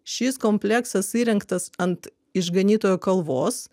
šis kompleksas įrengtas ant išganytojo kalvos